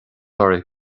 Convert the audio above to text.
oraibh